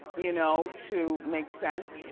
you know, to make sense,